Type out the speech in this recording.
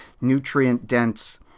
nutrient-dense